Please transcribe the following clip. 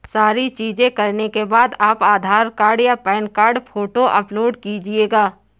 सारी चीजें करने के बाद आप आधार कार्ड या पैन कार्ड फोटो अपलोड कीजिएगा